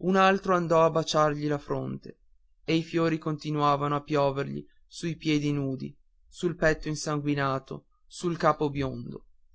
un altro andò a baciargli la fronte e i fiori continuavano a piovergli sui piedi nudi sul petto insanguinato sul capo biondo